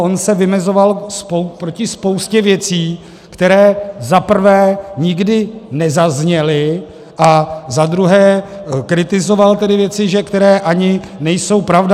On se vymezoval proti spoustě věcí, které, za prvé, nikdy nezazněly, a za druhé, kritizoval tedy věci, které ani nejsou pravda.